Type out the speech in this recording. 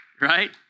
right